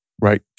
right